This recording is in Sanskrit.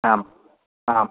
आम् आम्